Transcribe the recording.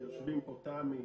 שיושבים פה, תמי,